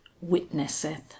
witnesseth